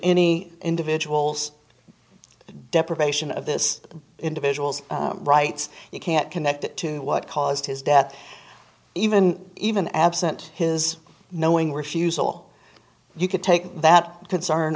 any individual's deprivation of this individual's rights you can't connect that to what caused his death even even absent his knowing refusal you could take that concern